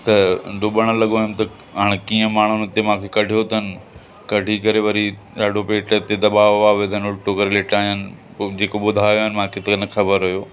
त डुॿण लॻो हुअमि त हाणे कीअं माण्हू हुते मांखे कढियो अथनि कढी करे वरी ॾाढो पेट ते दबाव वबाव विधनि उल्टो करे लेटायनि पोइ जेको ॿुधायनि मांखे त न ख़बर हुओ